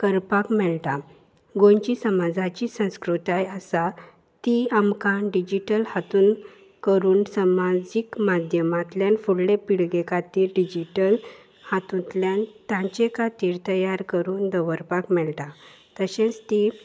करपाक मेळटा गोंयची समाजाची संस्कृताय आसा ती आमकां डिजीटल हातूंत करून समाजीक माध्यमांतल्यान फुडले पिळगे खातीर डिजीटल हातूंतल्यान तांचे खातीर तयार करून दवरपाक मेळटा तशेंच ती